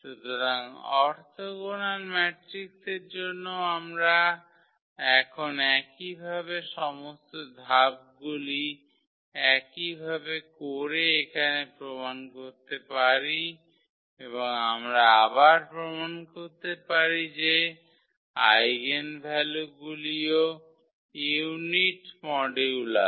সুতরাং অরথোগোনাল ম্যাট্রিক্সের জন্যও আমরা এখন একইভাবে সমস্ত ধাপগুলি একই ভাবে করে এখানে প্রমাণ করতে পারি এবং আমরা আবার প্রমাণ করতে পারি যে আইগেনভ্যালুগুলিও ইউনিট মডুলাস